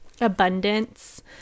abundance